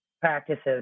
practices